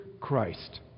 Christ